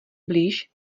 blíž